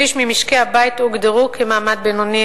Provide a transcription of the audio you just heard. שליש ממשקי-הבית הוגדרו כמעמד בינוני.